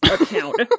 account